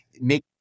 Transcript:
make